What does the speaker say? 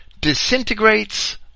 disintegrates